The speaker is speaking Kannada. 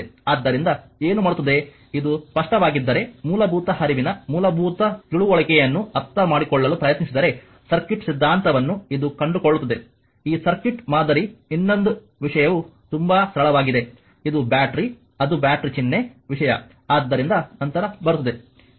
ಆದ್ದರಿಂದ ಏನು ಮಾಡುತ್ತದೆ ಇದು ಸ್ಪಷ್ಟವಾಗಿದ್ದರೆ ಮೂಲಭೂತ ಹರಿವಿನ ಮೂಲಭೂತ ತಿಳುವಳಿಕೆಯನ್ನು ಅರ್ಥಮಾಡಿಕೊಳ್ಳಲು ಪ್ರಯತ್ನಿಸಿದರೆ ಸರ್ಕ್ಯೂಟ್ ಸಿದ್ಧಾಂತವನ್ನು ಇದು ಕಂಡುಕೊಳ್ಳುತ್ತದೆ ಈ ಸರ್ಕ್ಯೂಟ್ ಮಾದರಿಯ ಇನ್ನೊಂದು ವಿಷಯವು ತುಂಬಾ ಸರಳವಾಗಿದೆ ಇದು ಬ್ಯಾಟರಿ ಅದು ಬ್ಯಾಟರಿ ಚಿಹ್ನೆ ವಿಷಯ ಆದ್ದರಿಂದ ನಂತರ ಬರುತ್ತದೆ